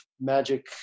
magic